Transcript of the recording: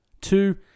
Two